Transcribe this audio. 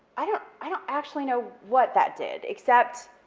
i don't i don't actually know what that did except,